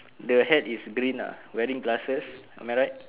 the hat is green lah wearing glasses am I right